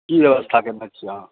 की व्यवस्था कयने छी अहाँ